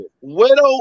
Widow